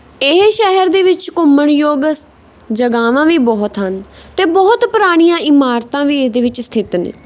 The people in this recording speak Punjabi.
ਇਹ ਸ਼ਹਿਰ ਦੇ ਵਿੱਚ ਘੁੰਮਣ ਯੋਗ ਸ ਜਗਾਵਾਂ ਵੀ ਬਹੁਤ ਹਨ ਅਤੇ ਬਹੁਤ ਪੁਰਾਣੀਆਂ ਇਮਾਰਤਾਂ ਵੀ ਇਹਦੇ ਵਿੱਚ ਸਥਿਤ ਨੇ